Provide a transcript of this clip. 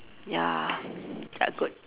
ya ya good